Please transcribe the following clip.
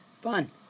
Fun